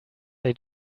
they